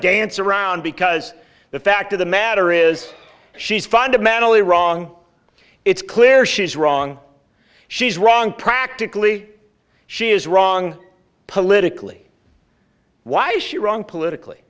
dance around because the fact of the matter is she's fundamentally wrong it's clear she's wrong she's wrong practically she is wrong politically why is she wrong politically